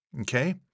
Okay